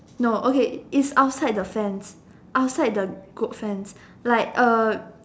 no okay is outside the fence outside the goat fence like A